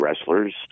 wrestlers